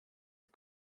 old